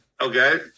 okay